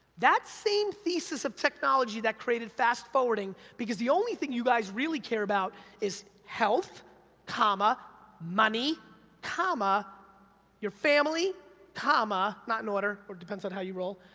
that same thesis of technology that created fast forwarding, because the only thing you guys really care about is health comma money comma your family comma, not in order, or depends on how you roll,